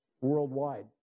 worldwide